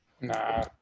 Nah